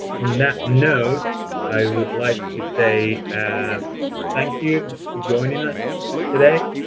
on that note, i would like to say and thank you for joining us today.